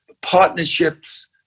partnerships